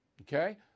Okay